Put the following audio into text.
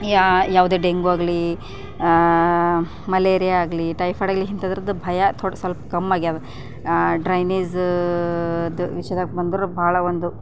ಯಾ ಯಾವುದೇ ಡೆಂಗೂಯಾಗಲಿ ಮಲೇರಿಯಾಗಲಿ ಟೈಫೈಡಾಗಲಿ ಇಂಥರ್ದು ಭಯ ತೋಡೆ ಸ್ವಲ್ಪ ಕಮ್ಮಿ ಆಗ್ಯಾವ ಡ್ರೈನೇಝ ವಿಷಯದಾಗ ಬಂದ್ರೆ ಬಹಳ ಒಂದು